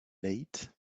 late